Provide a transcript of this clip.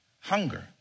hunger